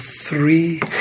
three